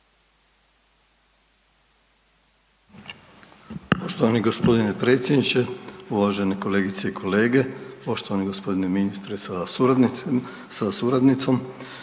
Poštovani gospodine predsjedniče, uvažene kolegice i kolege, poštovani gospodine ministre sa suradnicom,